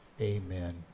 Amen